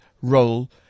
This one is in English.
role